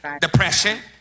depression